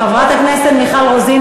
חברת הכנסת מיכל רוזין,